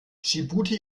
dschibuti